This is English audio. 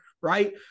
right